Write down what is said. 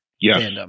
Yes